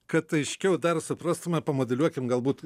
kad aiškiau dar suprastume pamodeliuokim galbūt